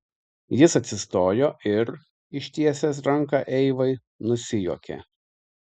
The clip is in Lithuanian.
jis atsistojo ir ištiesęs ranką eivai nusijuokė